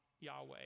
Yahweh